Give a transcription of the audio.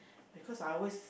because I always